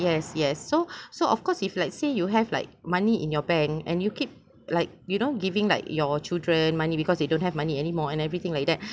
yes yes so so of course if let's say you have like money in your bank and you keep like you know giving like your children money because they don't have money anymore and everything like that